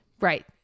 right